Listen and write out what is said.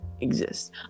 exists